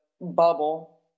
bubble